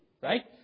right